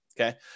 Okay